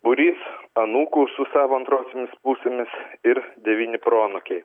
būrys anūkų su savo antrosiomis pusėmis ir devyni proanūkiai